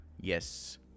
Yes